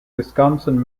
wisconsin